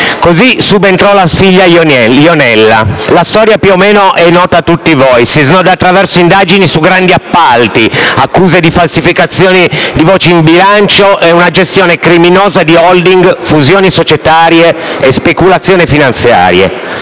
Così subentrò la figlia Jonella. La storia, più o meno, è nota a tutti voi: si snoda attraverso indagini su grandi appalti, accuse di falsificazioni di voci di bilancio, una gestione criminosa di *holding*, fusioni societarie e speculazioni finanziarie.